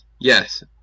Yes